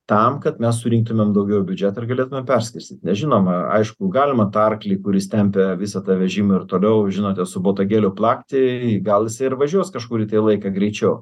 tam kad mes surinktumėm daugiau į biudžetą ir galėtumėm perskirstyt nes žinoma aišku galima tą arklį kuris tempia visą tą vežimą ir toliau žinote su botagėliu plakti gal jisai ir važiuos kažkurį laiką greičiau